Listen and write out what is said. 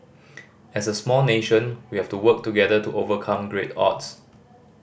as a small nation we have to work together to overcome great odds